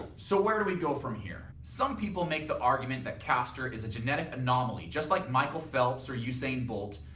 so, where do we go from here? some people make the argument that caster is a genetic anomaly just like michael phelps or usain bolt,